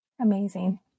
Amazing